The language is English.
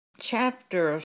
chapter